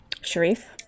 Sharif